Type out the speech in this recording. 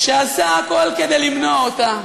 שעשה הכול כדי למנוע אותה.